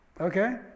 Okay